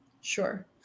sure